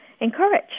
encourage